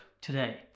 today